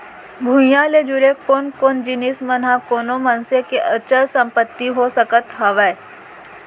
भूइयां ले जुड़े कोन कोन जिनिस मन ह कोनो मनसे के अचल संपत्ति हो सकत हवय?